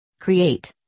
Create